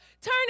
Turn